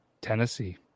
Tennessee